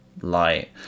light